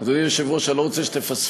אדוני היושב-ראש, אני לא רוצה שתפספס.